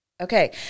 Okay